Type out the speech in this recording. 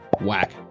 Whack